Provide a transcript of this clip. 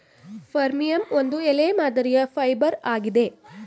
ಫರ್ಮಿಯಂ ಒಂದು ಎಲೆ ಮಾದರಿಯ ಫೈಬರ್ ಆಗಿದೆ